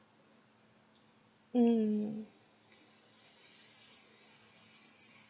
mm